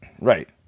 right